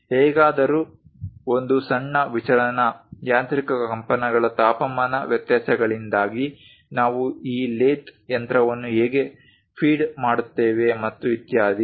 ಹೇಗಾದರೂ ಒಂದು ಸಣ್ಣ ವಿಚಲನ ಯಾಂತ್ರಿಕ ಕಂಪನಗಳ ತಾಪಮಾನ ವ್ಯತ್ಯಾಸಗಳಿಂದಾಗಿ ನಾವು ಈ ಲೇಥ್ ಯಂತ್ರವನ್ನು ಹೇಗೆ ಫೀಡ್ ಮಾಡುತ್ತೇವೆ ಮತ್ತು ಇತ್ಯಾದಿ